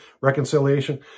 reconciliation